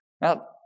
Now